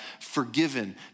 forgiven